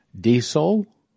diesel